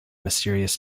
mysterious